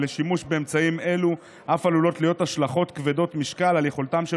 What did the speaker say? ולשימוש באמצעים אלו אף עלולות להיות השלכות כבדות משקל על יכולתם של